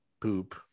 poop